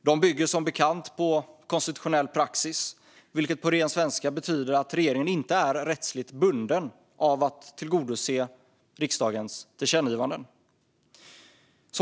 De bygger som bekant på konstitutionell praxis, vilket på ren svenska betyder att regeringen inte är rättsligt bunden att tillgodose riksdagens tillkännagivanden.